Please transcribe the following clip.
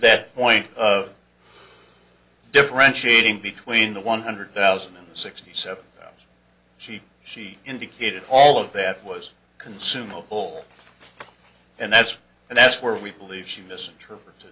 that point of differentiating between the one hundred thousand and sixty seven dollars she she indicated all of that was consumable and that's and that's where we believe she misinterpreted